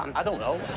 um i don't know.